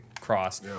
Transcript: cross